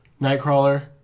Nightcrawler